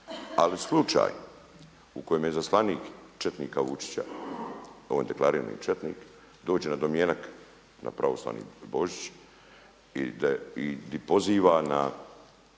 ali slučaj u kojem izaslanik četnika Vučića, on je deklarirani četnik dođe na domjenak na Pravoslavni Božić i gdje poziva na,